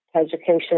education